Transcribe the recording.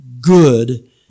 good